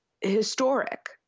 historic